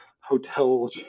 hotel